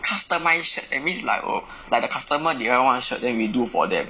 customise shirt that means like oh like the customer they want one shirt then we do for them